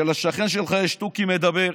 שלשכן שלך יש תוכי מדבר,